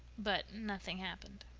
but nothing happened.